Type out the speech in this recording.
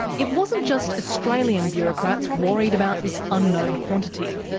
it wasn't just australian bureaucrats worried about this unknown quantity.